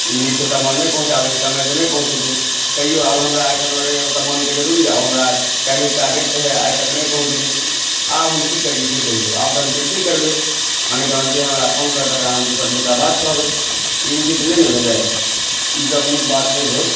ई नीकसॅं समान नहि पहुँचाबै छै समयसॅं नहि पहुँचेतै कहियो आब हमरा एहिखिना रहय ओ समानके ज़रूरी आ हमरा काल्हिका डेट रहै आ आइ तक नहि पहुँचलै आब हम की करियै से कहियो आब तऽ हम कैन्सिल करबै मने तहन जे हमरा फ़ोन करत तकरा हम दूटा बात कहबै ई उचित नहि ने भेलै ई सभ नीक बात नहि भेल